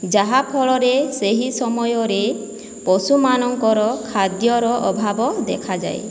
ଯାହାଫଳରେ ସେହି ସମୟରେ ପଶୁମାନଙ୍କର ଖାଦ୍ୟର ଅଭାବ ଦେଖାଯାଏ